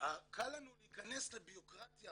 קל לנו להיכנס לבירוקרטיה